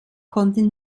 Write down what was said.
konnten